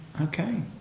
okay